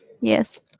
Yes